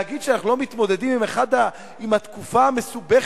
להגיד שאנחנו לא מתמודדים עם התקופה המסובכת